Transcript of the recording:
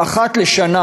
אחת לשנה